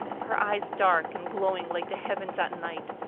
her eyes dark and glowing like the heavens at night,